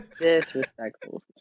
disrespectful